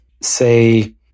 say